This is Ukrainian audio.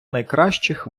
найкращих